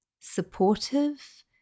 supportive